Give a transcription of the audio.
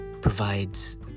provides